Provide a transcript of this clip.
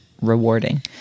rewarding